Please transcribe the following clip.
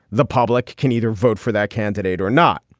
the public can either vote for that candidate or not.